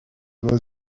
was